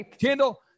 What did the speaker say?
Kendall